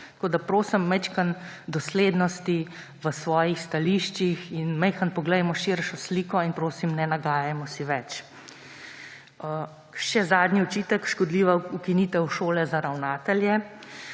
Tako da, prosim, malo doslednosti v svojih stališčih in malo poglejmo širšo sliko, in prosim, ne nagajajmo si več. Še zadnji očitek – škodljiva ukinitev Šole za ravnatelje.